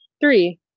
Three